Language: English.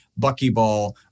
buckyball